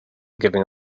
giving